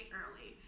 early